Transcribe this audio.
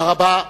תודה רבה.